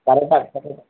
current ಹಾಕ್ತಾರೆ